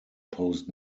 posed